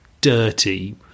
dirty